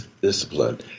discipline